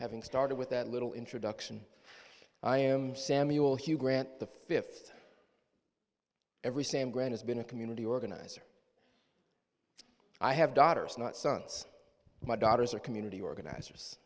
having started with that little introduction i am samuel hugh grant the fifth every sam grant has been a community organizer i have daughters not sons my daughters are community organizers